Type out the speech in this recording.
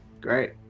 Great